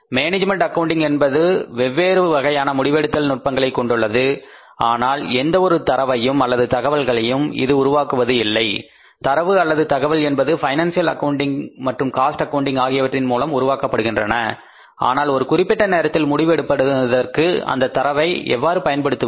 management accounting என்பது வெவ்வேறு வகையான முடிவெடுத்தல் நுட்பங்களை கொண்டுள்ளது ஆனால் எந்த ஒரு தரவையும் அல்லது தகவல்களையும் இது உருவாக்குவது இல்லை தரவு அல்லது தகவல் என்பது பைனான்சியல் அக்கவுண்டிங் மற்றும் காஸ்ட் அக்கவுன்டிங் ஆகியவற்றின் மூலம் உருவாக்கப்படுகின்றன ஆனால் ஒரு குறிப்பிட்ட நேரத்தில் முடிவு எடுப்பதற்கு அந்த தரவை எவ்வாறு பயன்படுத்துவது